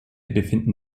befinden